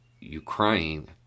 Ukraine